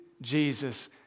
Jesus